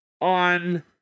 on